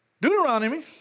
Deuteronomy